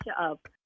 up